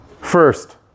first